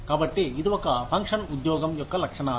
కాబట్టి ఇది ఒక ఫంక్షన్ ఉద్యోగం యొక్క లక్షణాలు